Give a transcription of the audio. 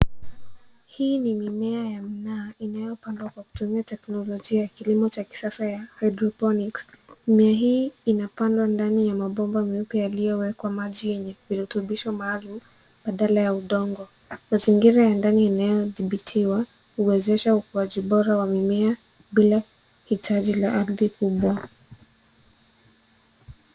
Hii ni mimea ya mnaa inayopandwa kwa kutumia teknolojia ya kisasa ya hydroponic . Mimea hii inapandwa ndani ya mabomba meupe yaliyowekwa maji yenye virutubishi maalum badala ya udongo. Mazingira ya ndani yanayodhibitiwa huwezesha ukuzaji bora wa mimea bila hitaji la ardhi kubwa.